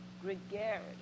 gregarious